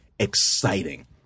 exciting